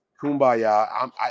kumbaya